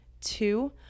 two